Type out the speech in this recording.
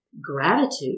gratitude